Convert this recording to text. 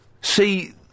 see